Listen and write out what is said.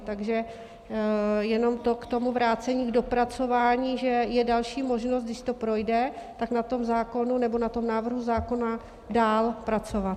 Takže jenom to k tomu vrácení k dopracování, že je další možnost, když to projde, tak na tom zákonu, na tom návrhu zákona dál pracovat.